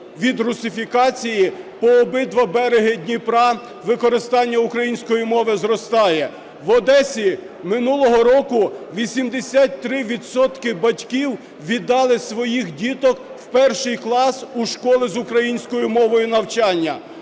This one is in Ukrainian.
від русифікації, по обидва береги Дніпра використання української мови зростає. В Одесі минулого року 83 відсотки батьків віддали своїх діток в перший клас у школи з українською мовою навчання.